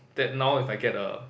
that now if I get a